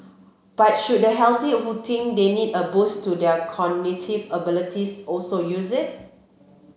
but should the healthy who think they need a boost to their cognitive abilities also use it